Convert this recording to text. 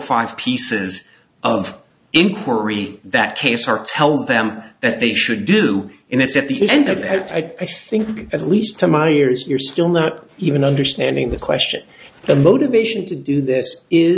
five pieces of inquiry that case are tell them that they should do and it's at the end of it i think at least to my ears you're still not even understanding the question the motivation to do this is